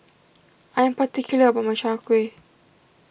I am particular about my Chai Kueh